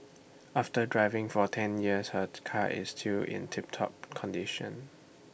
after driving for ten years her car is still in tip top condition